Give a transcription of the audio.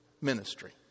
ministry